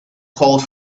called